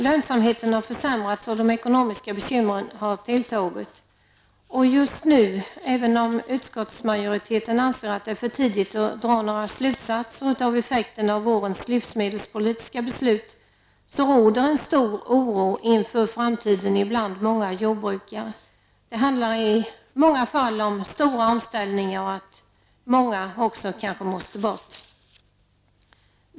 Lönsamheten har försämrats och de ekonomiska bekymren har tilltagit. Och även om utskottsmajoriteten anser att det är för tidigt att dra några slutsatser av effekterna av vårens livsmedelspolitiska beslut råder just nu en stor oro inför framtiden bland många jordbrukare. Det handlar i många fall om stora omställningar och att många också kanske måste bort.